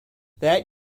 that